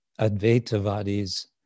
Advaitavadis